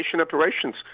operations